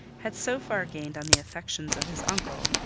had so far gained on the affections of his uncle,